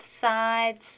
sides